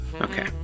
Okay